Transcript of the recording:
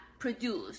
produce